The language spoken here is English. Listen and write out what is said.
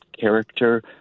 character